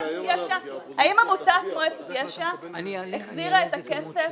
האם עמותת מועצת יש"ע החזירה את הכסף